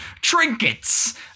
trinkets